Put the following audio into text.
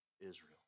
Israel